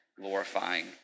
glorifying